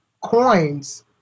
coins